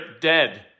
dead